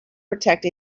protect